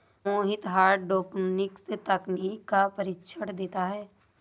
मोहित hydroponics तकनीक का प्रशिक्षण देता है